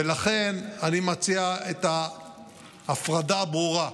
לכן אני מציע את ההפרדה הברורה: